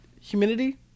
humidity